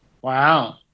Wow